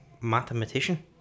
mathematician